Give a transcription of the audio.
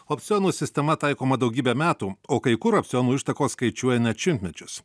opcionų sistema taikoma daugybę metų o kai kur opcionų ištakos skaičiuoja net šimtmečius